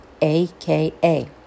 aka